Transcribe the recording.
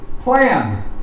plan